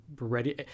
ready